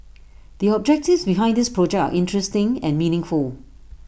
the objectives behind this project are interesting and meaningful